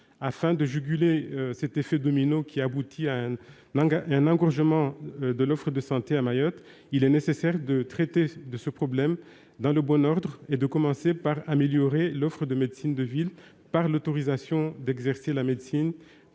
Afin de juguler cet effet domino, qui aboutit à un engorgement de l'offre de santé à Mayotte, il est nécessaire de traiter le problème dans le bon ordre. Il faut commencer par améliorer l'offre de médecine de ville en autorisant un médecin